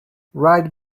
right